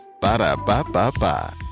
Ba-da-ba-ba-ba